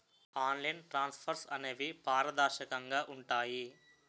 online transfers అనేవి పారదర్శకంగా ఉంటాయి